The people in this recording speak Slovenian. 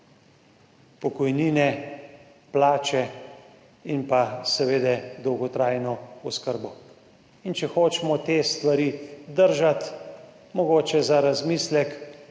Pokojnine, plače in pa seveda dolgotrajno oskrbo. In če hočemo te stvari držati mogoče za razmislek,